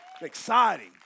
Exciting